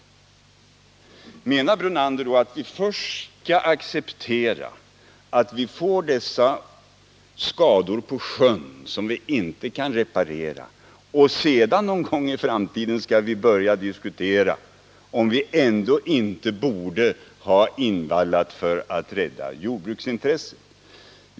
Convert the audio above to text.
Menar Lennart Brunander då att vi först skall acceptera dessa skador på sjön och sedan någon gång i framtiden börja diskutera om vi ändå inte borde ha invallat för att rädda jordbrukets intressen?